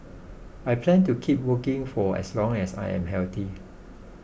I plan to keep working for as long as I am healthy